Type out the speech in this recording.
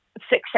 success